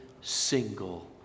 single